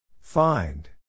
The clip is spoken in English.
find